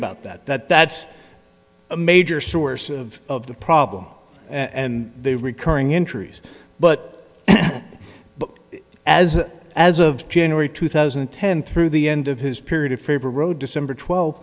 about that that that's a major source of of the problem and the recurring in trees but as as of january two thousand and ten through the end of his period of favor road december